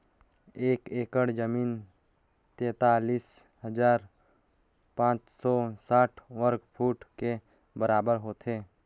एक एकड़ जमीन तैंतालीस हजार पांच सौ साठ वर्ग फुट के बराबर होथे